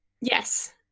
Yes